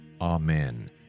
Amen